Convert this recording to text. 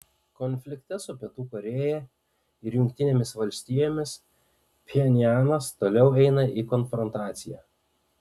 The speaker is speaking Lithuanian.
konflikte su pietų korėja ir jungtinėmis valstijomis pchenjanas toliau eina į konfrontaciją